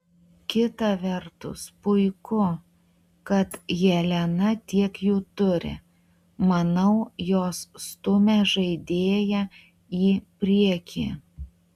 kita vertus puiku kad jelena tiek jų turi manau jos stumia žaidėją į priekį